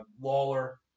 Lawler